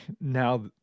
now